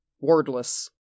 wordless